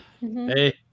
hey